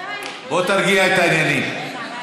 בוא תרגיע את העניינים.